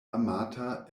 amata